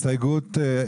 הסתייגות תקציבית.